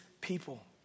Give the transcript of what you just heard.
people